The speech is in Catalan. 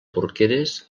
porqueres